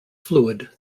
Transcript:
fluid